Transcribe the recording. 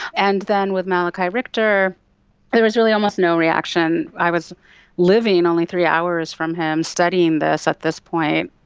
and then with malachi ritscher there was really almost no reaction. i was living only three hours from him, studying this at this point,